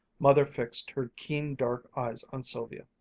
mother fixed her keen dark eyes on sylvia.